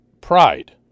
pride